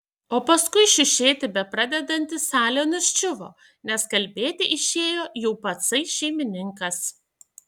o paskui šiušėti bepradedanti salė nuščiuvo nes kalbėti išėjo jau patsai šeimininkas